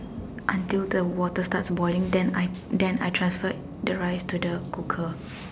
until the water starts boiling then I then I transfer the rice to the cooker